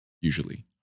usually